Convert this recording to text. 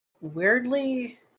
weirdly